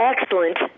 excellent